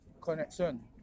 connection